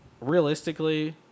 realistically